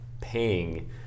paying